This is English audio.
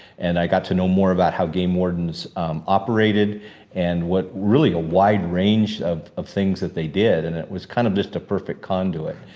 and i got to know more about how game wardens operated and what, really a wide range of of things that they did. and it was kind of just a perfect conduit,